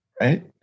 right